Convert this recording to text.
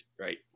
right